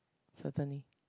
certainly